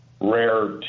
rare